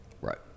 Right